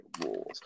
rules